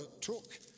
took